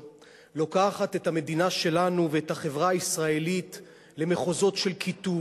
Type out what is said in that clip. לוקחת את המדינה שלנו ואת החברה הישראלית למחוזות של קיטוב,